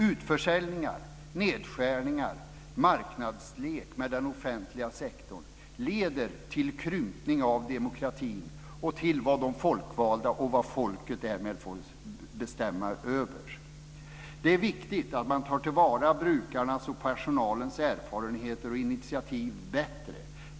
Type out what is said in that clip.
Utförsäljningar, nedskärningar och marknadslek med den offentliga sektorn leder till krympning av demokratin och av vad de folkvalda och folket därmed får bestämma över. Det är viktigt att man tar till vara brukarnas och personalens erfarenheter och initiativ bättre.